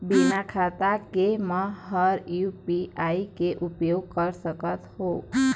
बिना खाता के म हर यू.पी.आई के उपयोग कर सकत हो?